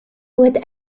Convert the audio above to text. would